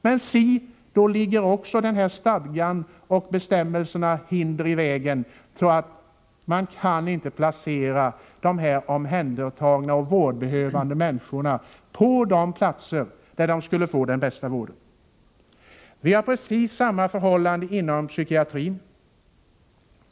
Men si, då lägger den här stadgan och bestämmelserna hinder i vägen, så att man inte kan placera omhändertagna och vårdbehövande människor där de skulle få den bästa vården. Det är precis samma förhållande inom psykiatrin.